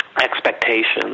expectations